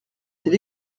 sait